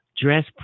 dress